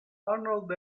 arnold